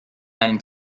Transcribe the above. einen